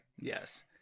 Yes